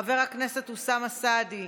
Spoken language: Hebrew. חבר הכנסת אוסאמה סעדי,